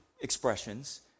expressions